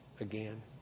again